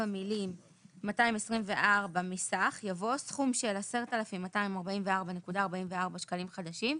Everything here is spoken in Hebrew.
במילים 224.0% מסך" יבוא "סכום של 10,244.44 שקלים חדשים,